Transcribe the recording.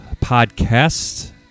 Podcast